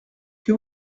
que